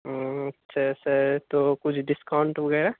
ہوں اچھا سر تو کچھ ڈسکاؤنٹ وغیرہ